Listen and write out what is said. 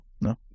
no